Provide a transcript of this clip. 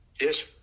Yes